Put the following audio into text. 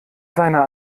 seiner